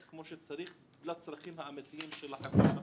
כמו שצריך לצרכים האמיתיים של החברה הערבית,